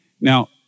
Now